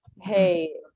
hey